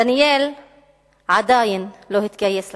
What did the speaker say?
דניאל עדיין לא התגייס לצבא,